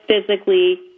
physically